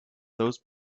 those